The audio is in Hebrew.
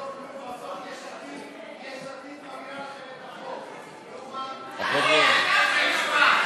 חוק לתיקון פקודת מסי העירייה ומסי הממשלה (פטורין) (מס' 29),